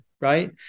right